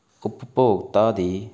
ਉਪਭੋਗਤਾ ਦੀ